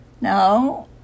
No